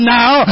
now